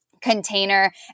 container